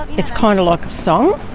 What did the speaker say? it's kind of like a song.